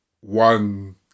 one